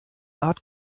art